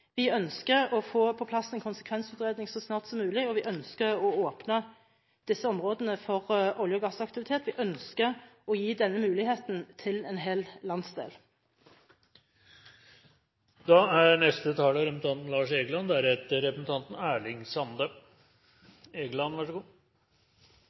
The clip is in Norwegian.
vi ønsker å få på plass en konsekvensutredning så snart som mulig, og vi ønsker å åpne disse områdene for olje- og gassaktivitet. Vi ønsker å gi denne muligheten til en hel landsdel.